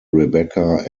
rebecca